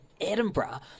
Edinburgh